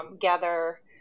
gather